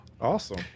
awesome